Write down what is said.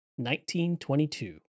1922